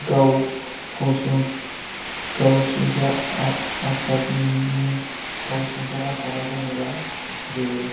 गावफसं गावसुंथा आफादनि गावसुंथा आफादआ जाहैबाय जेरै